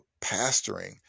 pastoring